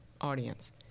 audience